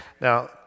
Now